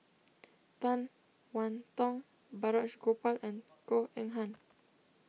Tan one Tong Balraj Gopal and Goh Eng Han